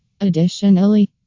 Additionally